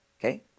okay